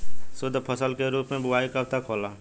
शुद्धफसल के रूप में बुआई कब तक होला?